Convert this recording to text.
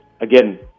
again